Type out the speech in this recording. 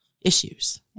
issues